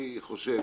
אני חושב,